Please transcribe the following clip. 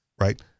right